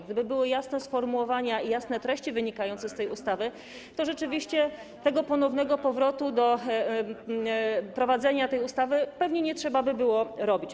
Gdyby były jasne sformułowania i jasne treści wynikające z tej ustawy, to rzeczywiście ponownego powrotu do wprowadzenia tej ustawy pewnie nie trzeba by było robić.